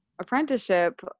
apprenticeship